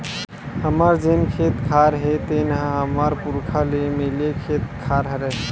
हमर जेन खेत खार हे तेन ह हमर पुरखा ले मिले खेत खार हरय